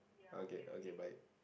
okay okay bye